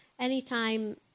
Anytime